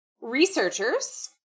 Researchers